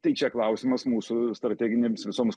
tai čia klausimas mūsų strateginėms visoms